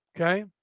Okay